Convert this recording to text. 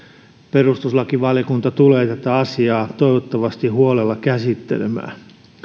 perustuslakivaliokunta tulee tätä asiaa toivottavasti huolella käsittelemään